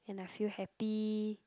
and I feel happy